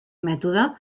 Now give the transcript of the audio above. mètode